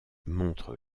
montre